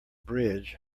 bridge